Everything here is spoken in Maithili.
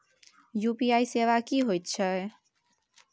यु.पी.आई सेवा की होयत छै?